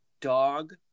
dog